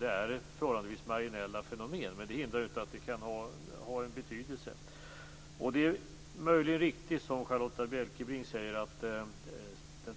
De är förhållandevis marginella fenomen, men det hindrar inte att de kan ha en betydelse. Det är möjligen riktigt som Charlotta Bjälkebring säger att den